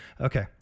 Okay